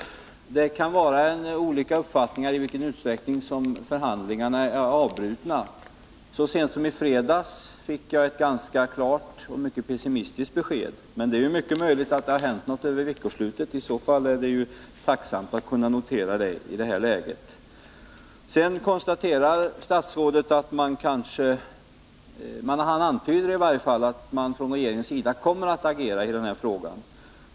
Det kan råda olika uppfattningar om i vilken utsträckning förhandlingarna är avbrutna. Så sent som i fredags fick jag ett ganska klart och mycket pessimistiskt besked, men det är mycket möjligt att det har skett något över veckoslutet. I så fall noterar jag det tacksamt i det här läget. Statsrådet antyder att regeringen kommer att agera i den här frågan.